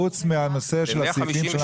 חוץ מאשר לסעיפים.